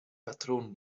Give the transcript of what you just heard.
patroon